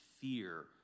fear